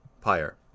pyre